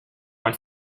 one